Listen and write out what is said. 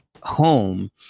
home